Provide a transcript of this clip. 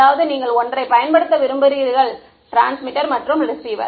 அதாவது நீங்கள் ஒன்றைப் பயன்படுத்த விரும்புகிறீர்கள் டிரான்ஸ்மிட்டர் மற்றும் ரிசீவர்